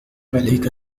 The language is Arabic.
عليك